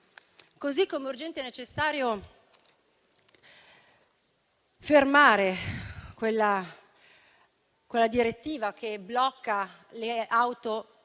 modo, è urgente e necessario fermare quella direttiva che blocca le auto